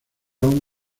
aún